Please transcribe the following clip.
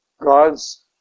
God's